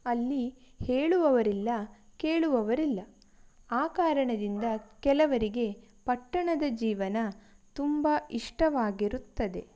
ಅಲ್ಲಿ ಹೇಳುವವರಿಲ್ಲ ಕೇಳುವವರಿಲ್ಲ ಆ ಕಾರಣದಿಂದ ಕೆಲವರಿಗೆ ಪಟ್ಟಣದ ಜೀವನ ತುಂಬ ಇಷ್ಟವಾಗಿರುತ್ತದೆ